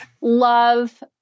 love